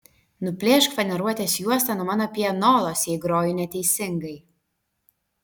nuplėšk faneruotės juostą nuo mano pianolos jei groju neteisingai